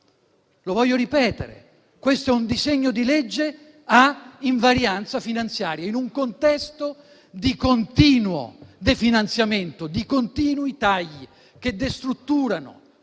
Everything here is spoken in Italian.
Voglio ripeterlo: questo è un disegno di legge a invarianza finanziaria. In un contesto di continuo definanziamento e di continui tagli che destrutturano